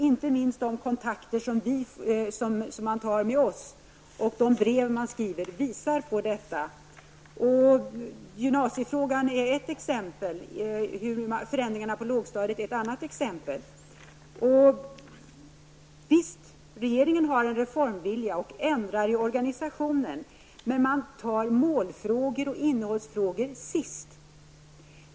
Inte minst de som kontaktar oss politiker och de brev som skrivs till oss visar på detta. Gymnasiefrågan är ett exempel. Förändringarna på lågstadiet är ett annat exempel. Visst har regeringen en reformvilja och ändrar i organisationen. Men regeringen tar mål och innehållsfrågor sist.